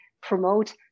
promote